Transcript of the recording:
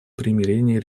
примирение